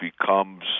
becomes